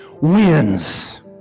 wins